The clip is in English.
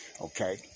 Okay